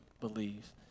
believe